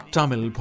Tamil